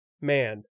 man